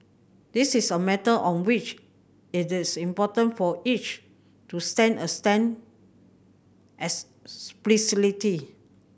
this is a matter on which is this important for each to stand a stand